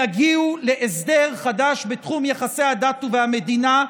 יגיעו להסדר חדש בתחום יחסי הדת והמדינה,